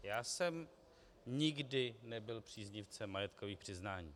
Já jsem nikdy nebyl příznivcem majetkových přiznání.